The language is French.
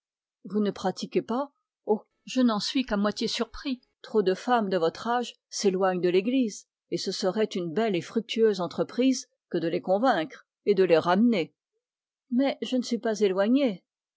vous ne pratiquez pas oh je n'en suis qu'à moitié surpris trop de femmes de votre âge s'éloignent de l'église et ce serait une belle entreprise que de les convaincre et les ramener mais je ne suis pas éloignée